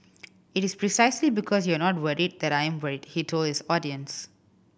it is precisely because you are not worried that I am worried he told his audience